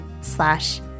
slash